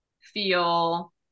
feel